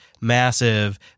massive